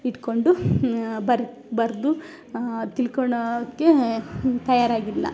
ಇಟ್ಕೊಂಡು ಬರ್ದು ಬರೆದು ತಿಳ್ಕೊಳೋಕೆ ತಯಾರಾಗಿಲ್ಲ